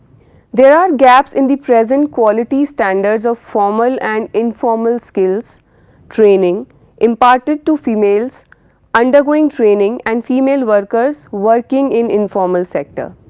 there are gaps in the present quality standards of formal and informal skills training imparted to females undergoing training and female workers working in informal sector.